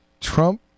Trump